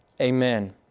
Amen